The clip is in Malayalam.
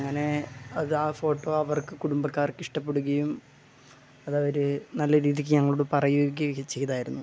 അങ്ങനെ അതാ ഫോട്ടോ അവർക്ക് കുടുംബക്കാർക്ക് ഇഷ്ടപ്പെടുകയും അത് അവർ നല്ല രീതിക്ക് ഞങ്ങളോട് പറയുക ഒക്കെ ചെയ്തായിരുന്നു